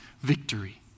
victory